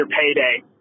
payday